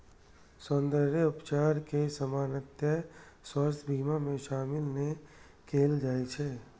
सौंद्रर्य उपचार कें सामान्यतः स्वास्थ्य बीमा मे शामिल नै कैल जाइ छै